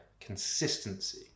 consistency